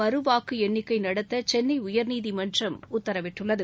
மறுவாக்குஎண்ணிக்கைநடத்தசென்னைஉயர்நீதிமன்றம் உத்தரவிட்டுள்ளது